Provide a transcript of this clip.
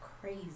crazy